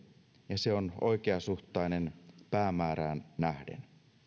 ja se on oikeasuhtainen päämäärään nähden